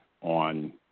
on